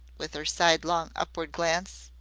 with her sidelong upward glance.